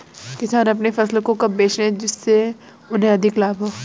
किसान अपनी फसल को कब बेचे जिसे उन्हें अधिक लाभ हो सके?